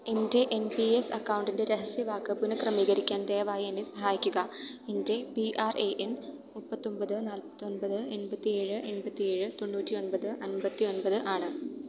എൻ്റെ N P S അക്കൗണ്ടിൻ്റെ രഹസ്യവാക്ക് പുനഃക്രമീകരിക്കാൻ ദയവായി എന്നെ സഹായിക്കുക എൻ്റെ പി ആർ എ എൻ മുപ്പത്തിയൊന്പത് നാല്പത്തിയൊന്പത് എൺപത്തിയേഴ് എൺപത്തിയേഴ് തൊണ്ണൂറ്റി ഒൻപത് അൻപത്തിയൊൻപത് ആണ്